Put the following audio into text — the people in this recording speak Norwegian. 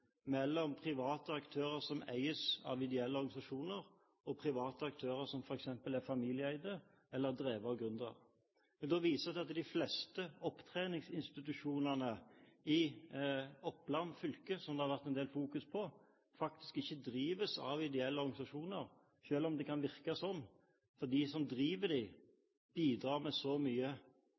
mellom private aktører som eies av ideelle organisasjoner, og private aktører som f.eks. er familieeide eller drevet av en gründer. Det viser seg at de fleste opptreningsinstitusjonene i Oppland fylke, som det har vært en del fokus på, faktisk ikke drives av ideelle organisasjoner – selv om det kan virke sånn, fordi de som driver dem, bidrar med så mye